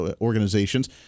organizations